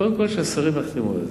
קודם כול שהשרים יחתמו על זה.